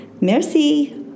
Merci